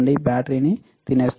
బ్యాటరీనీ తినేస్తుంది